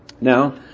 Now